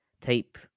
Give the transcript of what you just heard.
tape